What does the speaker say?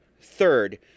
Third